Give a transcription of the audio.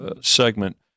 segment